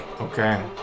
Okay